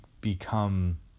become